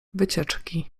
wycieczki